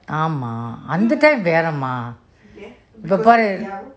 ஆமா அந்த:aama antha time வேற:vera